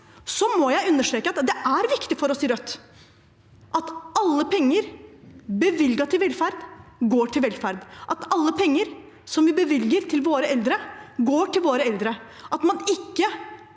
Jeg må understreke at det er viktig for oss i Rødt at alle penger bevilget til velferd går til velferd, at alle penger vi bevilger til våre eldre, går til våre eldre, og at man ikke